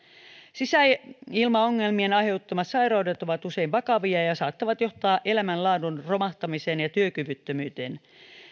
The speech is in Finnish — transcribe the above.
sisäilmaongelmien aiheuttamat sairaudet ovat usein vakavia ja saattavat johtaa elämänlaadun romahtamiseen ja työkyvyttömyyteen